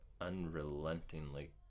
unrelentingly